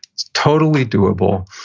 it's totally doable,